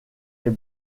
est